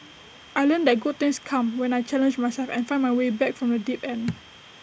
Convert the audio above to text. I learnt that good things come when I challenge myself and find my way back from the deep end